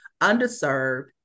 underserved